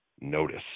notice